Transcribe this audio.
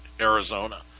Arizona